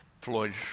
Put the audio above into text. Floyd